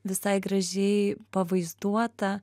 visai gražiai pavaizduota